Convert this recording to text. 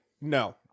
no